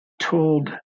told